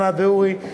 ענת ואורי.